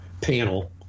panel